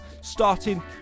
starting